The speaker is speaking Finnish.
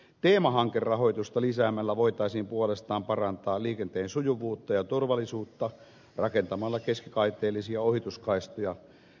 teemahankerahoitusta lisäämällä voitaisiin puolestaan parantaa liikenteen sujuvuutta ja turvallisuutta rakentamalla keskikaiteellisia ohituskaistoja